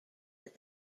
that